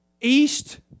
east